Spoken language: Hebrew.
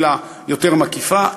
מילה יותר מקיפה,